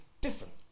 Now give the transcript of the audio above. different